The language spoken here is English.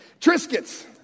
Triscuits